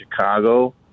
Chicago